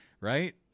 Right